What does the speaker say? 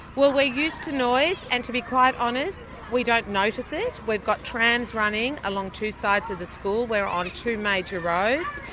well we're used to noise, and to be quite honest we don't notice it. we've got trams running along two sides of the school, we're on two major roads.